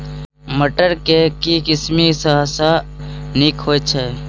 मटर केँ के किसिम सबसँ नीक होइ छै?